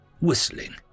whistling